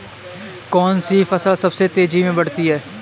कौनसी फसल सबसे तेज़ी से बढ़ती है?